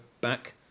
back